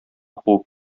куып